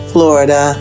Florida